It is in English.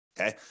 okay